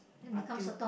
until